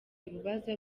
ibibazo